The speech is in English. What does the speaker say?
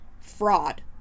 fraud